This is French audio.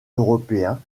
européens